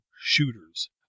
shooters